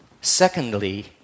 Secondly